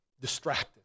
distracted